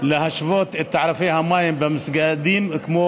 להשוות את תעריפי המים במסגדים לאלו